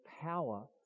power